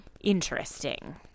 Interesting